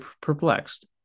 perplexed